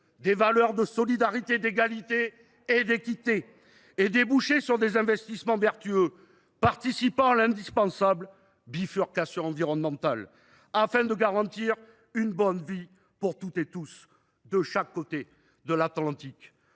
les valeurs de solidarité, d’égalité et d’équité, et déboucher sur des investissements vertueux participant à l’indispensable bifurcation environnementale, afin de garantir une bonne vie pour toutes et tous, de chaque côté de l’Atlantique.